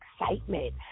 excitement